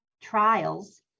trials